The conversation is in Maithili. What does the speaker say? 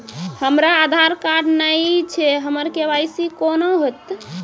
हमरा आधार कार्ड नई छै हमर के.वाई.सी कोना हैत?